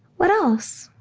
what else?